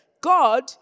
God